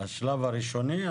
השלב הראשוני?